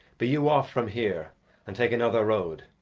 be you off from here and take another road.